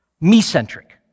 me-centric